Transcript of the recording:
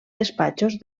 despatxos